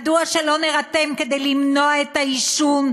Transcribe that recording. מדוע לא נירתם כדי למנוע את העישון,